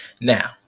Now